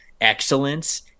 excellence